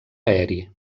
aeri